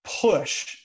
push